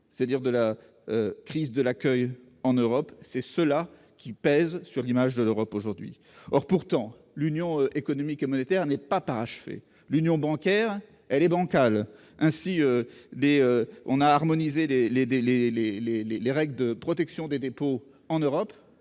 depuis le début de ce débat ; c'est cela qui pèse sur l'image de l'Europe aujourd'hui ! Pourtant, l'union économique et monétaire n'est pas parachevée ; l'union bancaire est bancale. Ainsi, on a harmonisé les règles de protection des dépôts en Europe,